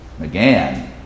McGann